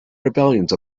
rebellions